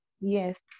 Yes